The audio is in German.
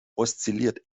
oszilliert